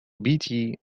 بيتي